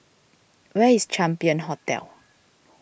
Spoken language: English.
where is Champion Hotel